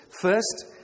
First